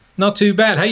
not too bad. how you